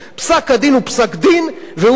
פסק-הדין הוא פסק-דין,